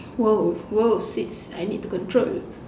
!whoa! !whoa! sweets I need to control